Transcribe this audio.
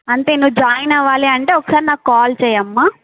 అంతే నువ్వు జాయిన్ అవ్వాలి అంటే ఒకసారి నాకు కాల్ చేయమ్మ